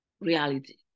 reality